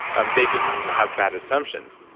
and they just have bad assumptions.